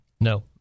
No